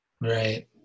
Right